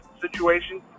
situation